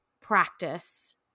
practice